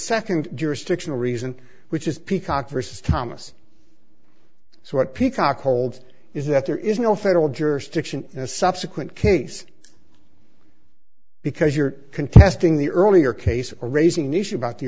second jurisdictional reason which is peacock versus thomas so what peacock holds is that there is no federal jurisdiction in a subsequent case because you're contesting the earlier case or raising an issue about the